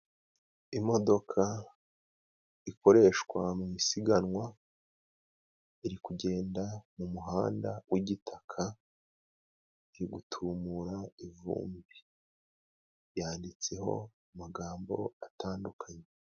Imodoka ikoreshwa mu isiganwa iri kugenda mu muhanda w'igitaka, iri gutumura ivumbi. Yanditseho amagambo atandukanye.